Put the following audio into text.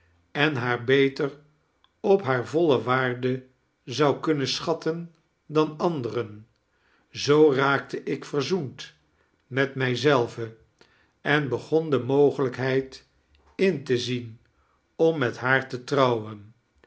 en haar beter op hare voile waarde zon kimnen schatten dan anderen zoo raakte ik verzoend met mij zelven en begon de mogelijkheid in te zien om met haar te trouiwen